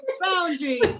boundaries